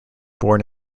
born